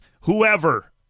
whoever